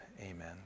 amen